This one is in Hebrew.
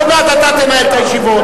עוד מעט אתה תנהל את הישיבות.